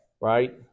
right